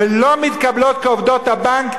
ולא מתקבלות כעובדות הבנק,